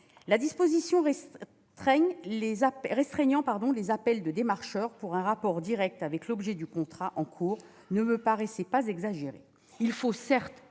La disposition restreignant les appels des démarcheurs à ceux ayant un rapport direct avec l'objet du contrat en cours ne me paraissait pas exagérée.